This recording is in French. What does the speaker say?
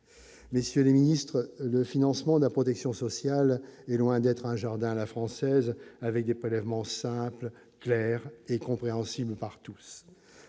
messieurs les ministres, le financement de la protection sociale est loin d'être un jardin à la française avec des prélèvements, simple, clair et compréhensible par tous,